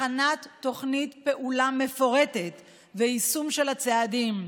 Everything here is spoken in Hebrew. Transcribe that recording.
הכנת תוכנית פעולה מפורטת ויישום של הצעדים,